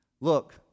Look